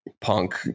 punk